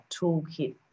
toolkit